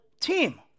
team